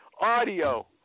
audio